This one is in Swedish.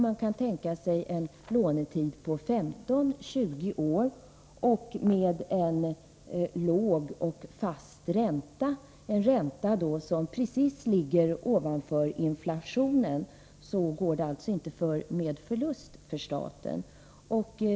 Man kan tänka sig en lånetid på 15-20 år och en låg och fast ränta — som ligger precis ovanför inflationen. Då går det alltså inte med förlust för staten.